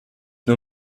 nur